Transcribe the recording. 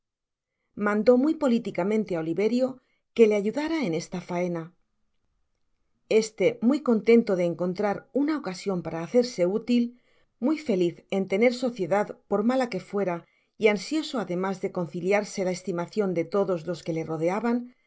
mandó muy políticamente á oliverio que le ayudara en esta faena este muy contonto de encontrar una ocasion para hacerse útil muy feliz en tener sociedad por mala que fuera y ansioso además de conciliarse la estimacion de todos los que le rodeaban